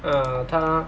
err 他